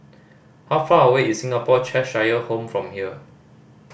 how far away is Singapore Cheshire Home from here